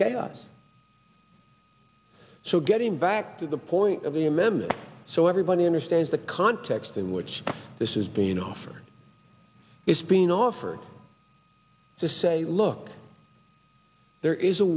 chaos so getting back to the point of the a member so everybody understands the context in which this is being offered is being offered to say look there is a